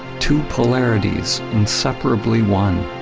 two polarities inseparably one.